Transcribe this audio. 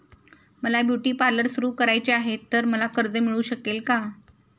मला beauty parlour सुरू करायचे आहे तर मला कर्ज मिळू शकेल का?